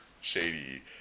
shady